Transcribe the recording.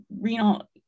renal